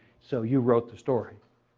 so you wrote the story.